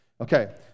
Okay